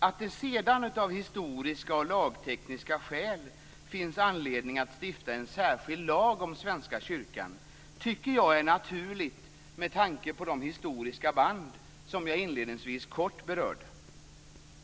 Att det sedan av historiska och lagtekniska skäl finns anledning att stifta en särskild lag om Svenska kyrkan tycker jag är naturligt med tanke på de historiska band som jag inledningsvis kort berörde.